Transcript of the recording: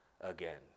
again